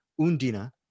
Undina